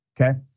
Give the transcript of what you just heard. Okay